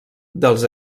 dels